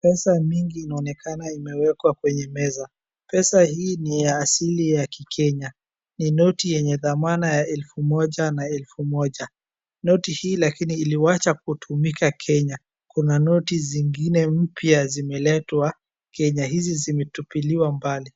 Pesa mingi inaonekana imewekwa kwenye meza. Pesa hii ni ya asili ya kiKenya. Ni noti yenye dhamana ya elfu moja na elfu moja. Noti hii lakini iliwacha kutumika Kenya. Kuna noti zingine mpya zimeletwa Kenya, hizi zimetupiliwa mbali.